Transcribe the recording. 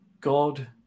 God